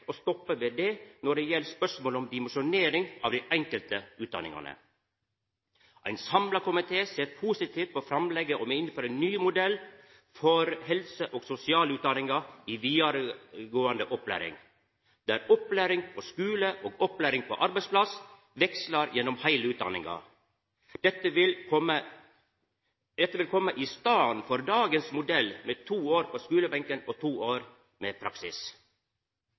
ved det når det gjeld spørsmål om dimensjonering av dei enkelte utdanningane. Ein samla komité ser positivt på framlegget om å innføra ein ny modell for helse- og sosialutdanninga i vidaregåande opplæring, der opplæring på skule og opplæring på arbeidsplass vekslar gjennom heile utdanninga. Dette vil koma i staden for dagens modell med to år på skulebenken og to år med praksis.